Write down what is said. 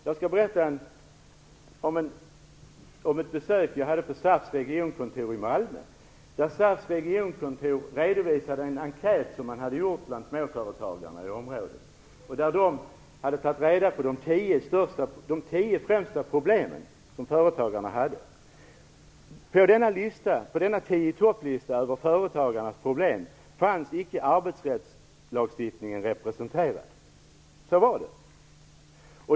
Jag skall berätta om ett besök på SAF:s regionkontor i Malmö. SAF:s regionkontor redovisade en enkät som man hade gjort bland småföretagarna i området. Man hade tagit reda på de tio främsta problemen som företagarna hade. På denna tio-i-top-lista över företagarnas problem fanns icke arbetsrättslagstiftningen representerad. Så var det.